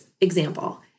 example